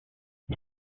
ses